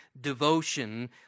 devotion